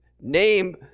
name